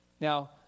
Now